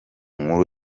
nkuru